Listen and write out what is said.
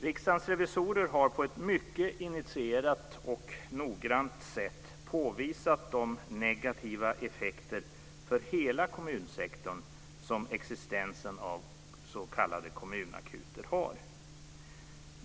Riksdagens revisorer har på ett mycket initierat och noggrant sätt påvisat de negativa effekter för hela kommunsektorn som existensen av s.k. kommunakuter har.